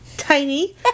tiny